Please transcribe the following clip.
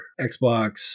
Xbox